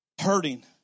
hurting